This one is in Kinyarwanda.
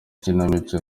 ikinamico